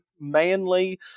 manly